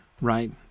right